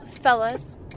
Fellas